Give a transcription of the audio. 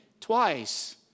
twice